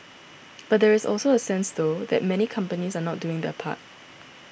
but there is also a sense though that many companies are not doing their part